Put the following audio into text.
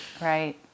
right